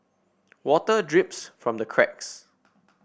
water drips from the cracks